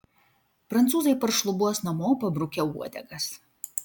prancūzai paršlubuos namo pabrukę uodegas